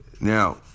now